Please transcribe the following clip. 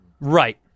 Right